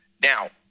Now